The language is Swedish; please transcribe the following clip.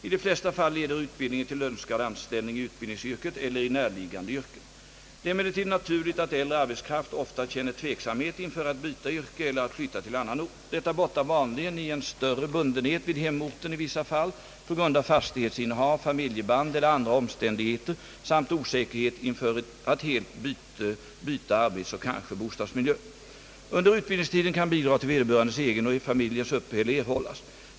I de flesta fall leder utbildningen till önskad anställning i utbildningsyrket eller i närliggande yrke. Det är emellertid naturligt att äldre arbetskraft ofta känner tveksamhet inför att byta yrke eller att flytta till annan ort. Detta bottnar vanligen i en större bundenhet vid hemorten i vissa fall på grund av fastighetsinnehav, familjeband eller andra omständigheter samt osäkerhet inför att helt byta arbetsoch kanske bostadsmiljö. Under utbildningstiden kan bidrag till vederbörandes egen och familjens uppehälle erhållas.